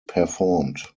performed